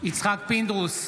יצחק פינדרוס,